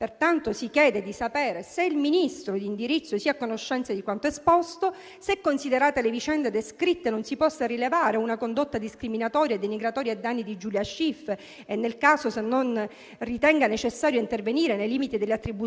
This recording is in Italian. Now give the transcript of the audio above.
Pertanto, si chiede di sapere se il Ministro in indirizzo sia a conoscenza di quanto esposto; se, considerate le vicende descritte, non si possa rilevare una condotta discriminatoria e denigratoria ai danni di Giulia Schiff e, nel caso, se non ritenga necessario intervenire nei limiti delle attribuzioni,